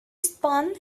spun